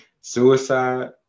suicide